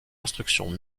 instructions